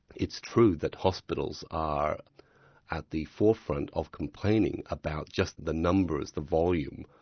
it's true that hospitals are at the forefront of complaining about just the numbers, the volume,